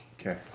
Okay